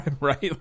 right